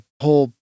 whole